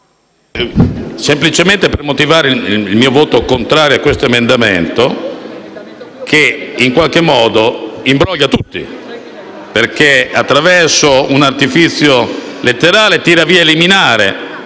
intervengo per motivare il mio voto contrario su questo emendamento che in qualche modo imbroglia tutti: attraverso un artifizio letterale, cancella «eliminare»,